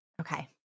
Okay